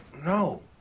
No